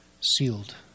Sealed